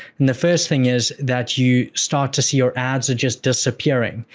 and the first thing is, that you start to see your ads are just disappearing.